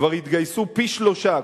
כבר התגייסו פי-שלושה,